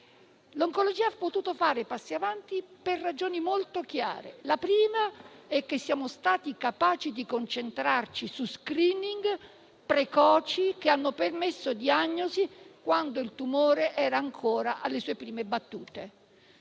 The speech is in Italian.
L'oncologia ha potuto fare passi avanti per ragioni molto chiare: la prima è che siamo stati capaci di concentrarci su *screening* precoci che hanno permesso diagnosi quando il tumore era ancora alle sue prime battute.